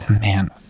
man